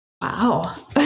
Wow